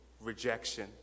rejection